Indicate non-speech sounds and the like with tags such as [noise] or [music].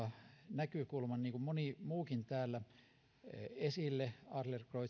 näkökulman niin kuin moni muukin täällä adlercreutz [unintelligible]